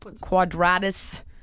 Quadratus